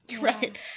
right